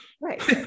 right